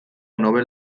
nobel